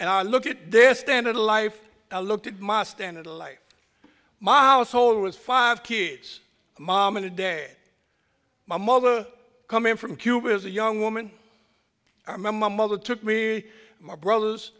and i look at their standard of life i looked at my standard life my household was five kids mom and today my mother coming from cuba as a young woman i remember my mother took me my brother